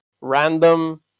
random